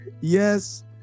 Yes